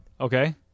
okay